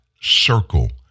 circle